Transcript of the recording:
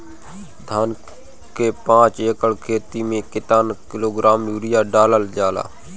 धान के पाँच एकड़ खेती में केतना किलोग्राम यूरिया डालल जाला?